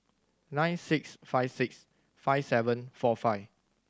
nine six five six five seven four five